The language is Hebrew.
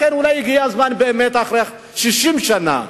לכן אולי הגיע הזמן באמת, אחרי 60 שנה,